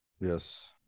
yes